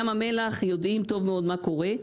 ים המלח יודעים טוב מאוד מה קורה.